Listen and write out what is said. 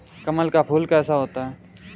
कमल का फूल कैसा होता है?